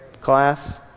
Class